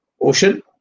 ocean